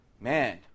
man